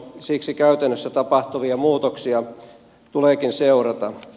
siksi käytännössä tapahtuvia muutoksia tuleekin seurata